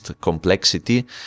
complexity